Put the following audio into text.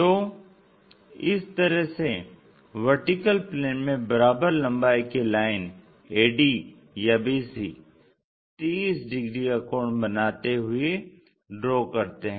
तो इस तरह से VP में बराबर लम्बाई की लाइन AD या BC 30 डिग्री का कोण बनाते हुए ड्रा करते हैं